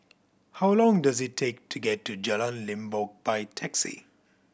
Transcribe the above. how long does it take to get to Jalan Limbok by taxi